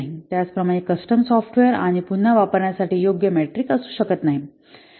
त्याचप्रमाणे custom software आणि पुन्हा वापरण्यासाठी योग्य मेट्रिक असू शकत नाही